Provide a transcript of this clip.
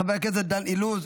חבר הכנסת דן אילוז,